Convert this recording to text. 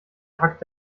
hackt